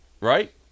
right